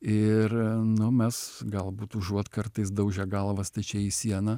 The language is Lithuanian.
ir nu mes galbūt užuot kartais daužę galvą stačiai į sieną